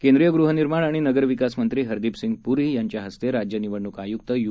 केंद्रीय गृहनिर्माण आणि नगरविकास मंत्री हरदीप सिंग पुरी यांच्या हस्ते राज्य निवडणूक आयुक्त यू